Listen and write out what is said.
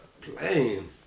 playing